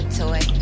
toy